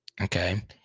Okay